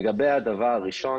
לגבי הדבר הראשון